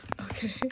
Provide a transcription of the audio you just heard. Okay